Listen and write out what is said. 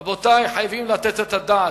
רבותי, חייבים לתת את הדעת.